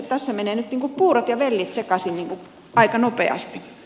tässä menevät nyt puurot ja vellit sekaisin aika nopeasti